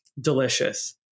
delicious